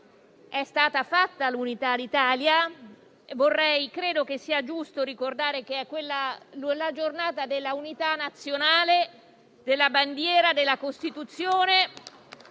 è stata fatta l'Unità d'Italia. Credo sia giusto ricordare che oggi è la Giornata dell'Unità nazionale, della bandiera e della Costituzione.